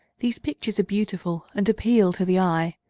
these pictures are beautiful and appeal to the eye,